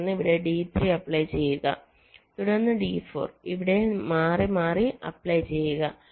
തുടർന്ന് ഇവിടെ D3 apply ചെയ്യുക തുടർന്ന് D4 ഇവിടെ മാറിമാറി അപ്ലൈ ചെയ്യുക